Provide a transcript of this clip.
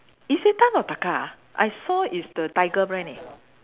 Isetan or Taka I saw is the tiger brand leh